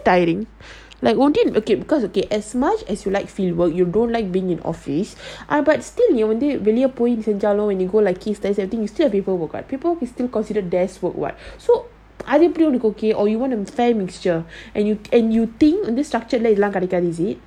but isn't it tiring like only okay because okay as much as you like free work you don't like being in office ah but still நீவந்துவெளியபொய்செஞ்சாலும்:nee vandhu veliya poi senjalum you still have to go work what people will still consider desk work what அதுஎப்படிஉனக்கு:adhu epdi unaku or you want fair mixture or you think இதெல்லாம்கெடைக்காது:idhellam kedaikathu